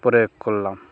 পরে করলাম